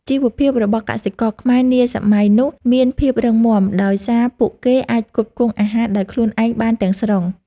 ជីវភាពរបស់កសិករខ្មែរនាសម័យនោះមានភាពរឹងមាំដោយសារពួកគេអាចផ្គត់ផ្គង់អាហារដោយខ្លួនឯងបានទាំងស្រុង។